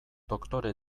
doktore